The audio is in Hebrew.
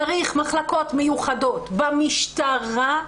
צריך מחלקות מיוחדות במשטרה,